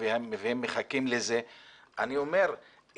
אני חושב שיש פה חילוקי דעות.